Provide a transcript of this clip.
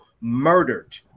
murdered